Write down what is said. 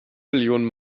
millionen